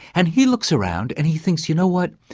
and he looks around and he thinks, you know what?